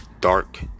dark